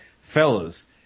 fellas